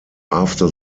after